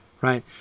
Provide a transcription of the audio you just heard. right